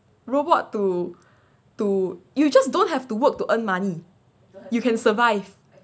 robot to to you just don't have to work to earn money you can survive